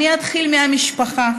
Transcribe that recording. אני אתחיל מהמשפחה.